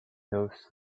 those